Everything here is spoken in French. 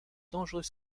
dangereux